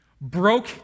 broke